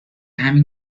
همین